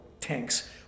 tanks